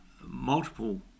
multiple